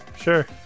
sure